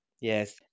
Yes